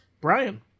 Brian